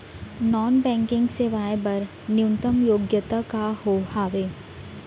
Non banking सेवाएं बर न्यूनतम योग्यता का हावे?